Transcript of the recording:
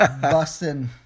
Busting